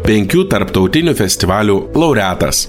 penkių tarptautinių festivalių laureatas